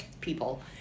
people